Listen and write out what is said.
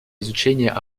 изучения